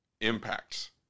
impacts